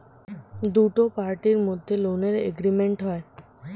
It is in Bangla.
দুটো পার্টির মধ্যে লোনের এগ্রিমেন্ট হয়